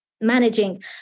managing